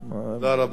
תודה רבה.